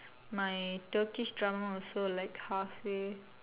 my Turkish drama also like halfway